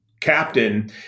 captain